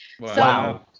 Wow